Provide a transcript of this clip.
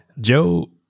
Joe